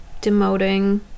demoting